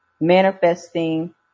manifesting